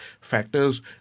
factors